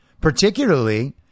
Particularly